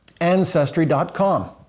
Ancestry.com